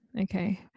Okay